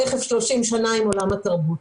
תיכף 30 שנה עם עולם התרבות.